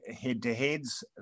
head-to-heads